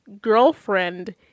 girlfriend